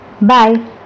Bye